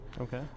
Okay